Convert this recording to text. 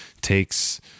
takes